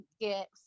get